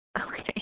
Okay